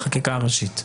בחקיקה הראשית.